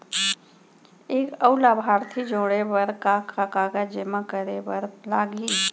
एक अऊ लाभार्थी जोड़े बर का का कागज जेमा करे बर लागही?